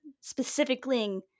specifically